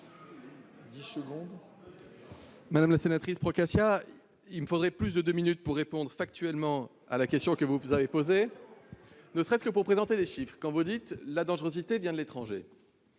Madame la sénatrice Procaccia, il me faudrait plus de deux minutes pour répondre factuellement à votre question, ne serait-ce que pour présenter les chiffres. Vous affirmez que la dangerosité vient de l'étranger ;